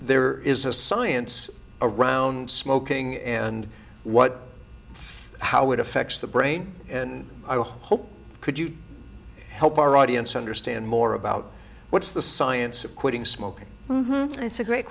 there is a science around smoking and what how it affects the brain i hope could you help our audience understand more about what's the science of quitting smoking it's a great